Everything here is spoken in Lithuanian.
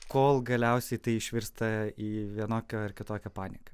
kol galiausiai tai išvirsta į vienokią ar kitokią paniką